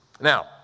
Now